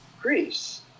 Greece